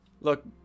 look